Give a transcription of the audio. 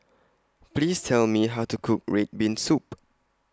Please Tell Me How to Cook Red Bean Soup